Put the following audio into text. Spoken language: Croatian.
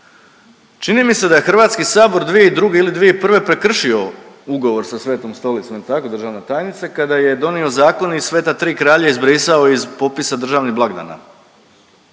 Čini mi se da je HS 2002. ili 2001. prekršio ugovor sa Svetom Stolicom, jel tako državna tajnice, kada je donio zakon i Sveta 3 kralja izbrisao iz popisa državnih blagdana